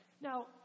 Now